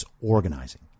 organizing